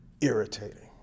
irritating